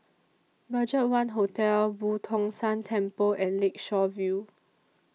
BudgetOne Hotel Boo Tong San Temple and Lakeshore View